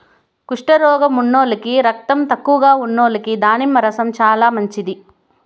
కుష్టు రోగం ఉన్నోల్లకి, రకతం తక్కువగా ఉన్నోల్లకి దానిమ్మ రసం చానా మంచిది